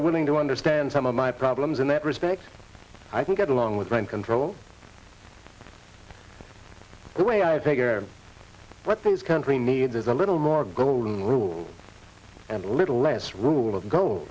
are willing to understand some of my problems in that respect i can get along with rent control the way i do what this country needs is a little more golden rule and a little less rule of go